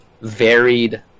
varied